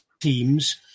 teams